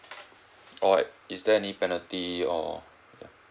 or is there any penalty or